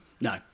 No